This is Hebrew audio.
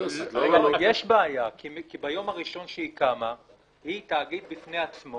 כי ביום הראשון שהיא קמה היא תאגיד בפני עצמו.